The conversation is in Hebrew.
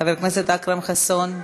חבר הכנסת אכרם חסון,